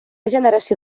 generació